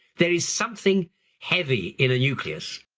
there is something heavy in a nucleus,